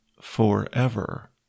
forever